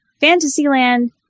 Fantasyland